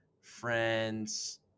friends